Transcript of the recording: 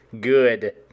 good